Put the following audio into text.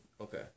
Okay